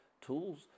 tools